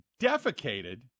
defecated